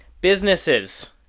Businesses